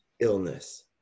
illness